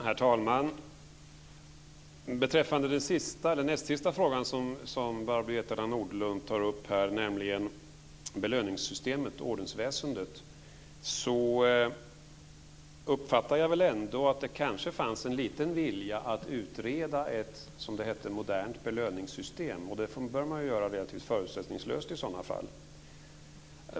Herr talman! Beträffande den näst sista frågan som Barbro Hietala Nordlund tar upp, nämligen frågan om belöningsystemet och ordensväsendet, uppfattade jag ändå att det kanske fanns en liten vilja att utreda ett, som det hette, modernt belöningssystem. Det bör man göra relativt förutsättningslöst, i så fall.